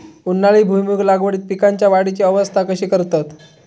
उन्हाळी भुईमूग लागवडीत पीकांच्या वाढीची अवस्था कशी करतत?